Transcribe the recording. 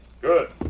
Good